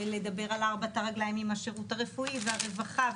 ולדבר על ארבע הרגליים עם השירות הרפואי והרווחה,